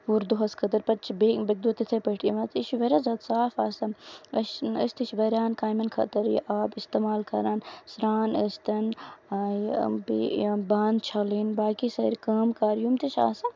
پوٗرٕ دۄہَس خٲطرٕ پَتہٕ چھِ یِم بیٚیہِ یِم ییٚیہِ کہِ دۄہ تِتھٕے پٲٹھۍ یِوان تہٕ یہِ چھُ واریاہ زیادٕ صاف آسان أسۍ چھِ أسۍ تہِ چھِ واریاہن کامین خٲطرٕ یہِ اِستعمال کران سارن ٲسۍ تن بیٚیہِ یِم بانہٕ چھلٕنۍ باقی سٲری کٲم کار یِم تہِ چھِ آسان